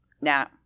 now